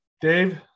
Dave